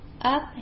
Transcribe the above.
up